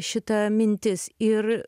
šita mintis ir